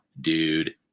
Dude